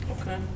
Okay